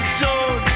zone